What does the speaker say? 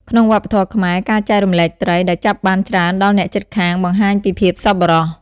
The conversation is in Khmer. ក្នុងវប្បធម៌ខ្មែរ ការចែករំលែកត្រី ដែលចាប់បានច្រើនដល់អ្នកជិតខាងបង្ហាញពីភាពសប្បុរស។